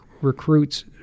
recruits